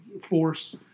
force